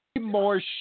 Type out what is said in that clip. more